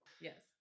Yes